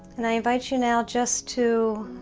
and i invite you now just to